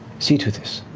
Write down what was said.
see to this,